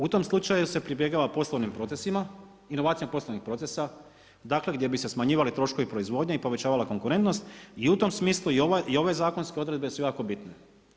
U tom slučaju se pribjegava poslovnim procesima, inovacijama poslovnih procesa, dakle gdje bi se smanjivali troškovi proizvodnje i povećavala konkurentnost i u tom smislu i ove zakonske odredbe su jako bitne.